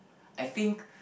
I think